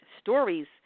stories